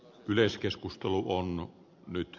yleiskeskustelu vuonna nyt